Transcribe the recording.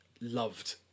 loved